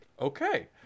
Okay